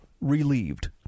relieved